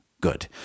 good